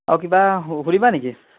আৰু কিবা সুধিবা নেকি